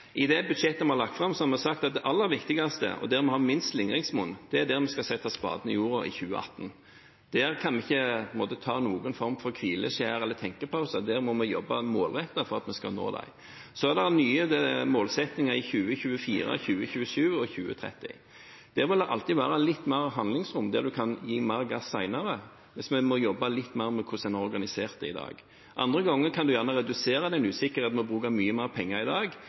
I det budsjettet vi har lagt fram, har vi sagt at det aller viktigste og der vi har minst slingringsmonn, er der vi skal sette spaden i jorda i 2018. Der kan vi ikke ta noen form for hvileskjær eller tenkepauser. Der må vi jobbe målrettet for at vi skal kunne nå det. Så er det nye målsettinger i 2024, 2027 og 2030. Der vil det alltid være litt mer handlingsrom, der en kan gi mer gass senere, hvis vi jobber litt mer med hvordan en organiserer det i dag. Andre ganger kan en redusere den usikkerheten ved å bruke mye mer penger i dag,